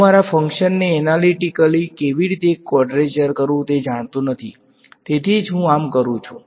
હું મારા ફંક્શન ને એનાલીટીકલી કેવી રીતે કવાડ્રેચરનો કરવું તે જાણતો નથી તેથી જ હું આમ કરુ છુ